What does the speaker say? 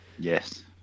yes